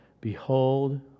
Behold